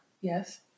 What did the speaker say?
Yes